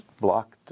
blocked